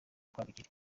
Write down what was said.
rwabugili